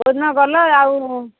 କୋଉ ଦିନ ଗଲ ଆଉ